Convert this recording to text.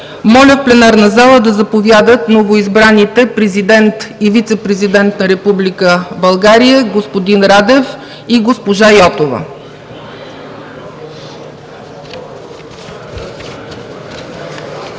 Моля в пленарната зала да заповядат новоизбраните президент и вицепрезидент на Република България – господин Радев и госпожа Йотова.